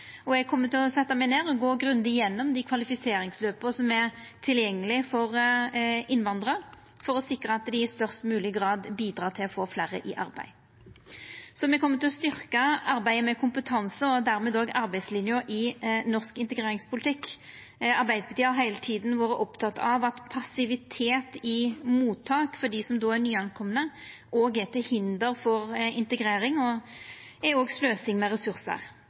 Eg kjem til å setja meg ned og gå grundig gjennom dei kvalifiseringsløpa som er tilgjengelege for innvandrarar, for å sikra at dei i størst mogleg grad bidrar til å få fleire i arbeid. Me kjem til å styrkja arbeidet med kompetanse og dermed arbeidslinja i norsk integreringspolitikk. Arbeidarpartiet har heile tida vore oppteke av at passivitet i mottak for dei som er nykomne, er til hinder for integrering og sløsing med